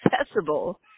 accessible